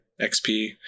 XP